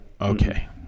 Okay